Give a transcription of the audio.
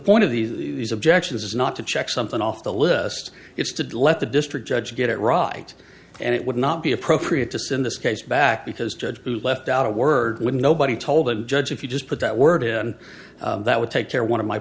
point of these objections is not to check something off the list it's to do let the district judge get it right and it would not be appropriate to send this case back because judge who left out a word with nobody told the judge if you just put that word in that would take care one of my